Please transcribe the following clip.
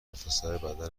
آشپزخونه